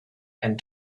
and